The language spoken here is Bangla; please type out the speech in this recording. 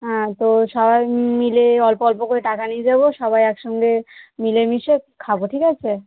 হ্যাঁ তো সবাই মিলে অল্প অল্প করে টাকা নিয়ে যাবো সবাই একসঙ্গে মিলেমিশে খাবো ঠিক আছে